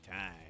time